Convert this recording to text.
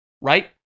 right